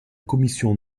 commission